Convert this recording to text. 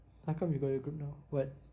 how come you got your group now